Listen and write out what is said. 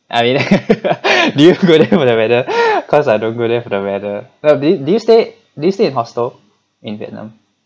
and you know do you go there for the weather cause I don't go there for the weather but do do you stay do you stay in hostel in vietnam